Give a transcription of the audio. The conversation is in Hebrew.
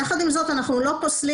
יחד עם זאת אנחנו לא פוסלים,